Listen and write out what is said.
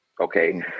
Okay